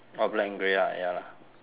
oh black and grey ah ya lah